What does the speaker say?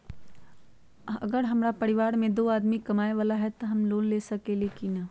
अगर हमरा परिवार में दो आदमी कमाये वाला है त हम लोन ले सकेली की न?